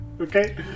okay